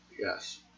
Yes